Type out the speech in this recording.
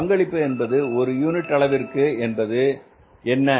பங்களிப்பு என்பது ஒரு யூனிட் அளவிற்கு என்பது என்ன